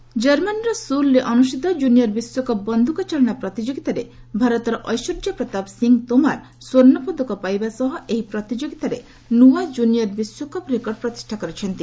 scooting ଜର୍ମାନୀର ସୁଲ୍ରେ ଅନୁଷ୍ଠିତ କ୍ଜୁନିୟର୍ ବିଶ୍ୱକପ୍ ବନ୍ଧୁକ ଚାଳନା ପ୍ରତିଯୋଗିତାରେ ଭାରତର ଐଶ୍ୱର୍ଯ୍ୟା ପ୍ରତାପ ସିଂ ତୋମାର ସ୍ୱର୍ଣ୍ଣପଦକ ପାଇବା ସହ ଏହି ପ୍ରତିଯୋଗିତାରେ ନୂଆ କୁନିୟର୍ ବିଶ୍ୱକପ୍ ରେକର୍ଡ ପ୍ରତିଷ୍ଠା କରିଛନ୍ତି